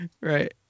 Right